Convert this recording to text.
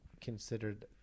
considered